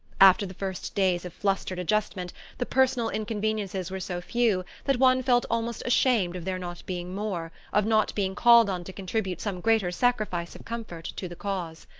after the first days of flustered adjustment the personal inconveniences were so few that one felt almost ashamed of their not being more, of not being called on to contribute some greater sacrifice of comfort to the cause.